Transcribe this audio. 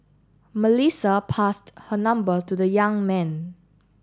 Melissa passed her number to the young man